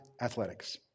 athletics